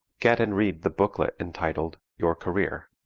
get and read the booklet entitled your career.